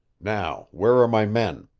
now, where are my men?